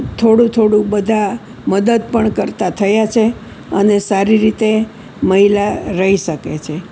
થોડું થોડું બધા મદદ પણ કરતા થયા છે અને સારી રીતે મહિલા રહી શકે છે